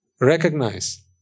recognize